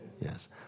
Yes